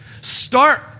Start